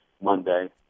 Monday